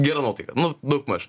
gera nuotaika nu daugmaž